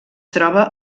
troba